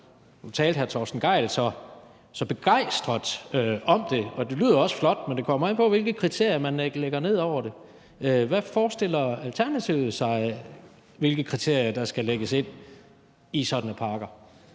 Nu talte hr. Torsten Gejl så begejstret om det, og det lyder også flot. Men det kommer an på, hvilke kriterier man lægger ned over det. Hvilke kriterier forestiller Alternativet sig skal lægges ind i sådanne parker?